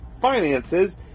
finances